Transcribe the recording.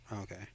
okay